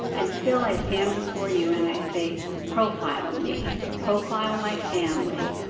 and still i stand before you and i say, profile me. profile my family.